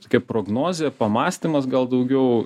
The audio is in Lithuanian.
tokia prognozė pamąstymas gal daugiau